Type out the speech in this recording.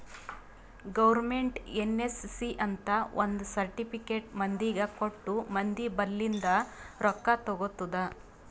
government NSC ಅಂತ್ ಒಂದ್ certificate ಮಂದಿಗ ಕೊಟ್ಟು ಮಂದಿ ಬಲ್ಲಿಂದ್ ರೊಕ್ಕಾ ತಗೊತ್ತುದ್